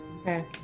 Okay